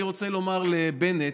אני רוצה לומר לבנט,